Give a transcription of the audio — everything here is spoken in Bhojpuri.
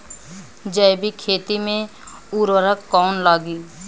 जैविक खेती मे उर्वरक कौन लागी?